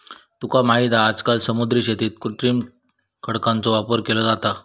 तुका माहित हा आजकाल समुद्री शेतीत कृत्रिम खडकांचो वापर केलो जाता